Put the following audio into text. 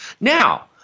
Now